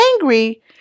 angry